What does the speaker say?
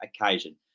occasion